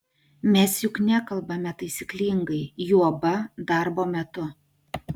mes juk nekalbame taisyklingai juoba darbo metu